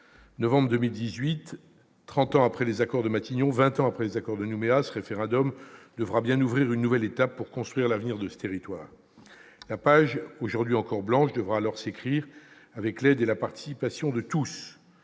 novembre prochain, trente ans après les accords de Matignon, vingt ans après celui de Nouméa, le référendum devra bien ouvrir une nouvelle étape pour construire l'avenir de ce territoire. La page, aujourd'hui encore blanche, devra alors s'écrire avec l'aide et la participation de tous.